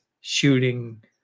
shooting